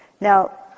Now